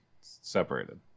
separated